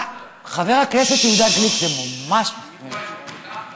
חבר הכנסת יהודה גליק, זה ממש מפריע לי.